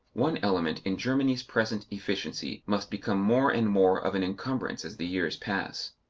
one element in germany's present efficiency must become more and more of an encumbrance as the years pass.